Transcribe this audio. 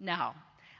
now